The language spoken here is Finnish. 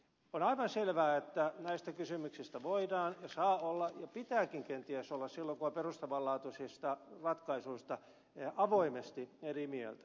on aivan selvää että näistä kysymyksistä voidaan ja saa olla ja pitääkin kenties olla avoimesti eri mieltä silloin kun on perustavan laatuisista ratkaisuista kyse